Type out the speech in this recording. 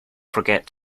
forget